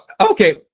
Okay